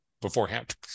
beforehand